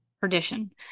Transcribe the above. perdition